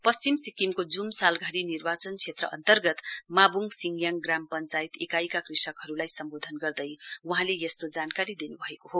पश्चिम सिक्किमको ज्म सालघारी निर्वाचन क्षेत्र अन्तर्गत माब्ङ सिङचाङ ग्राम पञ्चायत इकाइका कृषकहरूलाई सम्बोधन गर्दै वहाँले यस्तो जानकारी दिन्भएको हो